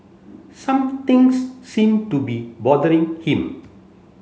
somethings seem to be bothering him